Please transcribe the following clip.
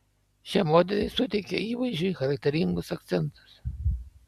šie modeliai suteikia įvaizdžiui charakteringus akcentus